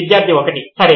విద్యార్థి 1 సరే